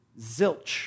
zilch